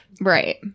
Right